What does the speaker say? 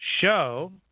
show